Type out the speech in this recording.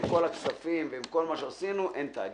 עם כל הכסף ועם כל מה שעשינו אין תאגיד.